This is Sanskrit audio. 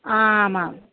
आमाम्